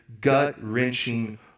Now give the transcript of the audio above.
gut-wrenching